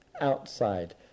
Outside